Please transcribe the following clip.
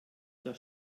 der